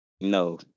No